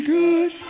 good